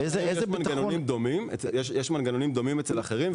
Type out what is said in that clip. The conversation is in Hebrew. יש מנגנונים דומים אצל אחרים.